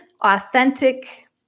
authentic